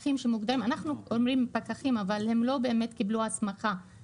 אנחנו אומרים פקחים אבל הם לא באמת קיבלו הסמכה.